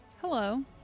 Hello